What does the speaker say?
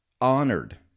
honored